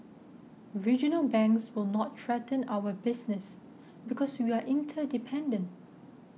regional banks will not threaten our business because we are interdependent